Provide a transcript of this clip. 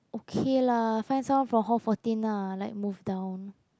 okay lah find someone for hall fourteen lah like move down